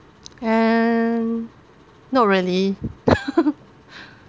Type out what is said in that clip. and not really